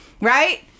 Right